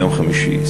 ביום חמישי,